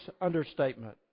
understatement